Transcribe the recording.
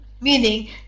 meaning